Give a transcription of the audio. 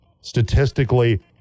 statistically